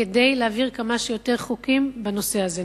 כדי להעביר כמה שיותר חוקים בנושא הזה.